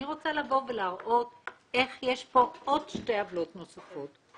אני רוצה לבוא ולהראות איך יש פה שתי עוולות נוספות.